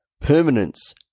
permanence